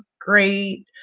great